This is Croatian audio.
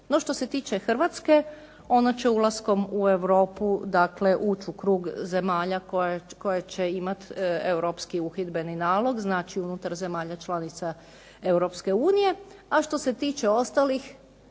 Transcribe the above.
No, što se tiče Hrvatske ona će ulaskom u Europu dakle ući u krug zemalja koje će imati europski uhidbeni nalog. Znači, unutar zemalja članica Europske unije, a što se tiče ostalih